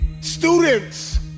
students